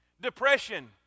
depression